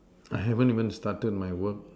I haven't even started my work